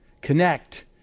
connect